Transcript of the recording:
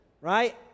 right